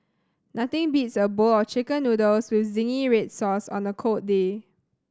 nothing beats a bowl of Chicken Noodles with zingy red sauce on a cold day